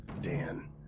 Dan